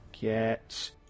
get